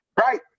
right